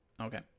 Okay